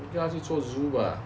叫他去做 zoo ah